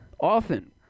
often